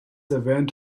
erwähnt